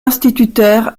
instituteur